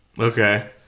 Okay